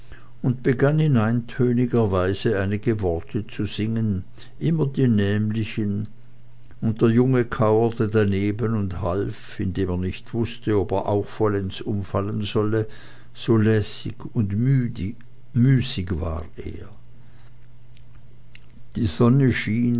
und begann in eintöniger weise einige worte zu singen immer die nämlichen und der junge kauerte daneben und half indem er nicht wußte ob er auch vollends umfallen solle so lässig und müßig war er die sonne schien